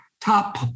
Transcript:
top